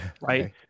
right